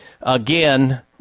again